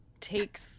takes